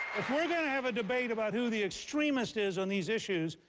if we're going to have a debate about who the extremist is on these issues,